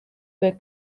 the